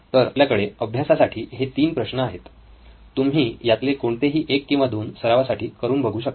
तर आपल्याकडे अभ्यासासाठी हे तीन प्रश्न आहेत तुम्ही यातले कोणतेही एक किंवा दोन सरावासाठी करून बघू शकता